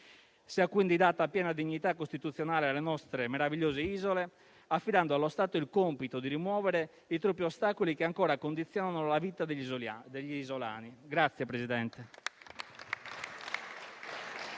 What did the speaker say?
Sia, quindi, data piena dignità costituzionale alle nostre meravigliose isole, affidando allo Stato il compito di rimuovere i troppi ostacoli che ancora condizionano la vita degli isolani.